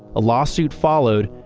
a lawsuit followed,